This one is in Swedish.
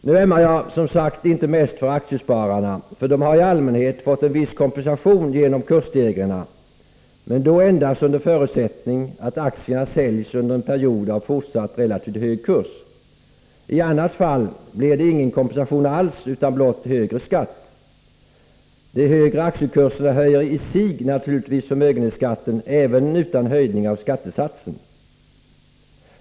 Nu ömmar jag som sagt inte mest för aktiespararna, för de har i allmänhet fått en viss kompensation genom kursstegringarna, men då endast under förutsättning att aktierna säljs under en period av fortsatt relativt hög kurs. I annat fall blir det ingen kompensation alls, utan blott högre skatt. De högre aktiekurserna höjer i sig naturligtvis förmögenhetsskatten även utan en höjning av skattesatsen.